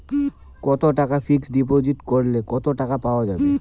কত টাকা ফিক্সড করিলে কত টাকা পাওয়া যাবে?